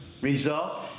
result